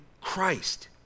Christ